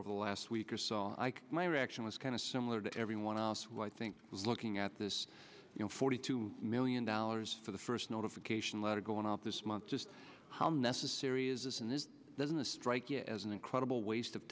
over the last week or so i my reaction was kind of similar to everyone else well i think looking at this you know forty two million dollars for the first notification letter going out this month just how necessary is this in this business strike it as an incredible waste of